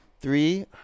three